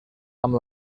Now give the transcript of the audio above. amb